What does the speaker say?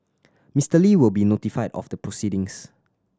Mister Li will be notified of the proceedings